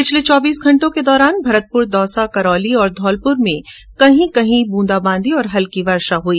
पिछले चौबीस घंटों के दौरान भरतपुर दौसा करौली और घौलपुर जिलों में कहीं कहीं बूंदाबांदी और हल्की वर्षा हुई